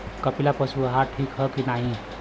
कपिला पशु आहार ठीक ह कि नाही?